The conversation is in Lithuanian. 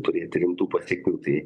turėti rimtų pasekmių tai